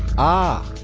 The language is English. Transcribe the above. ah!